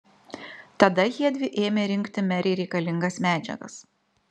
tada jiedvi ėmė rinkti merei reikalingas medžiagas